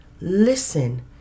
listen